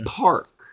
park